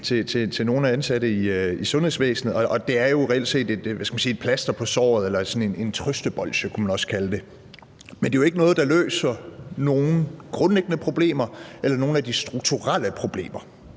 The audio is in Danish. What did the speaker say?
til nogle af de ansatte i sundhedsvæsenet. Det er jo reelt set et plaster på såret eller sådan et trøstebolsje, kunne man også kalde det. Men det er jo ikke noget, der løser nogen af de grundlæggende problemer eller nogen af de strukturelle problemer.